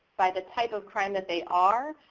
by the type of crime that they are,